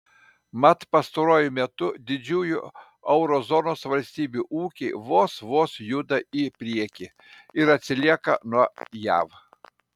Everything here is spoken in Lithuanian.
mat pastaruoju metu didžiųjų euro zonos valstybių ūkiai vos vos juda į priekį ir atsilieka nuo jav